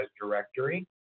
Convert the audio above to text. directory